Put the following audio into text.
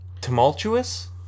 tumultuous